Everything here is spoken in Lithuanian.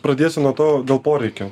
pradėsiu nuo to dėl poreikio